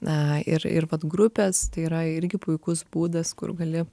na ir ir vat grupės tai yra irgi puikus būdas kur gali